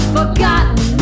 forgotten